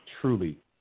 truly